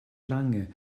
lange